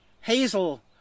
Hazel